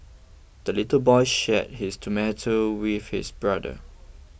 the little boy shared his tomato with his brother